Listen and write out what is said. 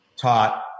taught